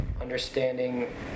understanding